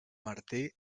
martí